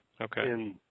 Okay